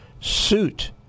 suit